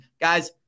Guys